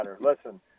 Listen